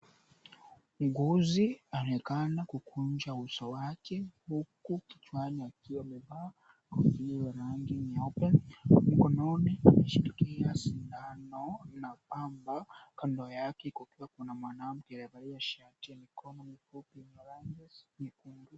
Mwuguzi anaonekana kukunja uso wake huku kichwani akiwa amevaa kofia yenye rangi nyeupe. Mkononi ameshikilia sindano na pamba. Kando yake iko pia kuna mwanamke aliyevalia shati ya mikono mifupi na rangi nyekundu.